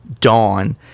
dawn